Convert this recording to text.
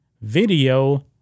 Video